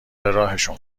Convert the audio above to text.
راهشون